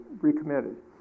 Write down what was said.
recommitted